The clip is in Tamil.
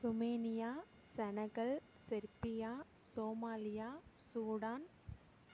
Romania Senegal Serbia Somalia Sudan